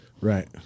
Right